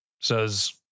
says